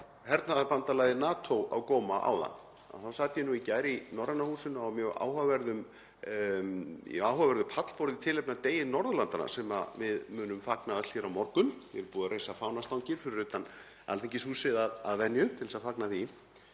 bar hernaðarbandalagið NATO á góma áðan, sat ég í gær í Norræna húsinu í mjög áhugaverðu pallborði í tilefni af degi Norðurlandanna sem við munum fagna öll hér á morgun, hér er búið að reisa fánastangir fyrir utan Alþingishúsið að venju til að fagna því,